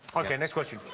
ok, next question.